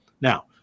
Now